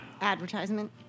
advertisement